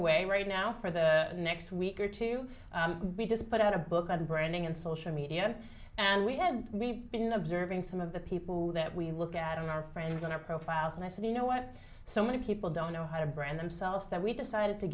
away right now for the next week or to be just put out a book on branding and social media and we have been observing some of the people that we look at on our friends on our profiles and i said you know what so many people don't know how to brand themselves that we decided to